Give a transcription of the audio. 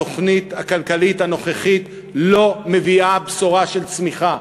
התוכנית הכלכלית הנוכחית לא מביאה בשורה של צמיחה.